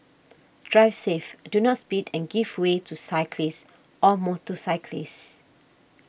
drive safe do not speed and give way to cyclists or motorcyclists